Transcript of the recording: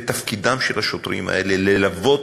ותפקידם של השוטרים האלה ללוות,